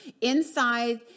inside